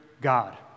God